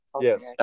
Yes